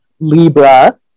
Libra